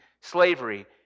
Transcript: slavery